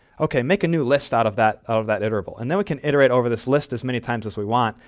okay, make a new list out of that of that iterable. and then we can iterate over this list as many times as we want,